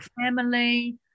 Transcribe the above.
family